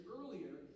earlier